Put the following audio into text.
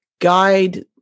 guide